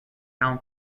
town